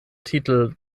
titel